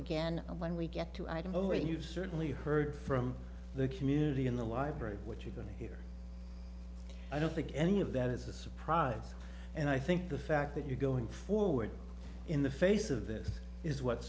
again when we get to idaho you've certainly heard from the community in the library what you're going to hear i don't think any of that is a surprise and i think the fact that you're going forward in the face of this is what